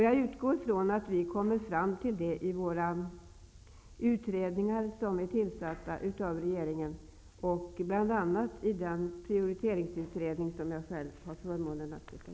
Jag utgår från att man kommer fram till det i de utredningar som tillsatts av regeringen, bla. i den prioriteringsutredning som jag själv har förmånen att delta i.